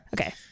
okay